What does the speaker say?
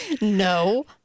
No